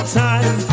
time